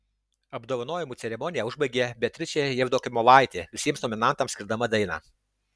apdovanojimų ceremoniją užbaigė beatričė jevdokimovaitė visiems nominantams skirdama dainą